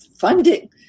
funding